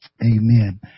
Amen